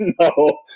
No